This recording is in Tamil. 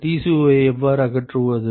Tco ஐ எவ்வாறு அகற்றுவது